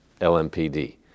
LMPD